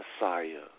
Messiah